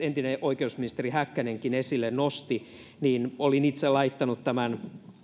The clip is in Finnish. entinen oikeusministeri häkkänen esille nosti olin itse myös laittanut esille tämän